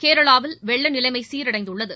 கேரளாவில் வெள்ள நிலைமை சீரடைந்துள்ளது